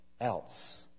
else